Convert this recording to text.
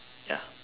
ya